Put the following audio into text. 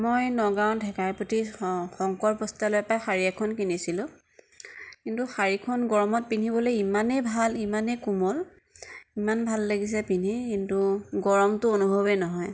মই নগাঁৱৰ ঢেকাইপতী শংকৰ বস্ত্ৰালয়ৰপৰা শাৰী এখন কিনিছিলোঁ কিন্তু শাৰীখন গৰমত পিন্ধিবলৈ ইমানেই ভাল ইমানেই কোমল ইমান ভাল লাগিছে পিন্ধি কিন্তু গৰমটো অনুভবেই নহয়